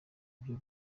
byo